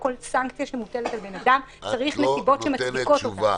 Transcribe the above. בכל סנקציה שמוטלת על בן אדם צריך נסיבות שמצדיקות אותה.